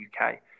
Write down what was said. uk